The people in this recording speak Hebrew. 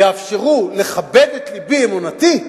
יאפשרו לכבד את לבי, אמונתי,